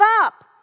up